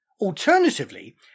Alternatively